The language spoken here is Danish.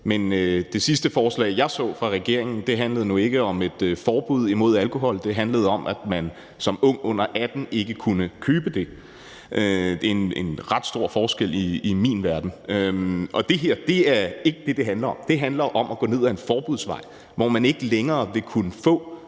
men det sidste forslag, jeg så fra regeringen, handlede nu ikke om et forbud mod alkohol; det handlede om, at man som ung under 18 år ikke kunne købe det. Det er en ret stor forskel i min verden. I det her tilfælde er det ikke det, det handler om. Det handler om at gå ned ad en forbudsvej, hvor man ikke længere vil kunne få